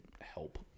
help